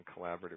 collaborative